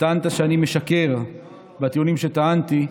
וטענת שאני משקר בטיעונים שטענתי.